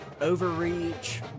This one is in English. overreach